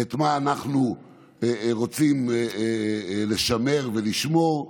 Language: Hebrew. את מה אנחנו רוצים לשמר ולשמור.